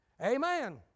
Amen